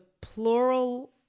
plural